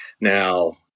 Now